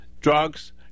drugs